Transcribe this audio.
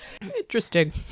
Interesting